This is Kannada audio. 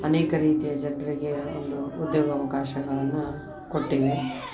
ಅನೇಕ ರೀತಿಯ ಜನರಿಗೆ ಒಂದು ಉದ್ಯೋಗವಕಾಶಗಳನ್ನು ಕೊಟ್ಟಿದೆ